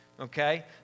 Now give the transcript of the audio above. Okay